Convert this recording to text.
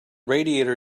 radiator